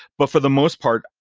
but for the most part,